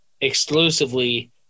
exclusively